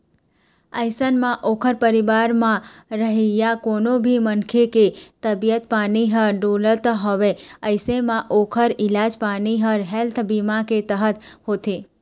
अइसन म ओखर परिवार म रहइया कोनो भी मनखे के तबीयत पानी ह डोलत हवय अइसन म ओखर इलाज पानी ह हेल्थ बीमा के तहत होथे